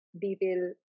detail